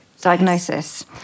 diagnosis